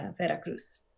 Veracruz